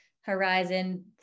horizon